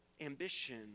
ambition